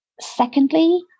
Secondly